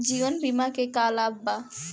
जीवन बीमा के का लाभ बा?